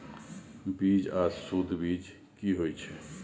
बीज आर सुध बीज की होय छै?